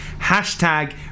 Hashtag